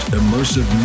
immersive